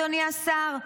אדוני השר,